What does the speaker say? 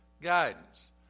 guidance